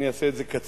אני אעשה את זה קצר.